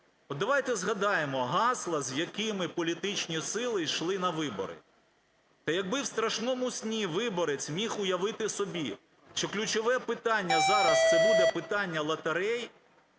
Давайте згадаємо гасла, з якими політичні сили йшли на вибори. Та якби в страшному сні виборець міг уявити собі, що ключове питання зараз – це буде питання лотерей,